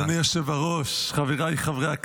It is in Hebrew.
אדוני היושב-ראש, חבריי חברי הכנסת,